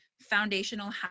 foundational